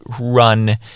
run